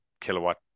kilowatt